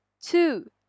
two